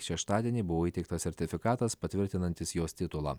šeštadienį buvo įteiktas sertifikatas patvirtinantis jos titulą